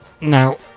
Now